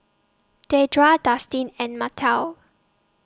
Deidra Dustin and Martell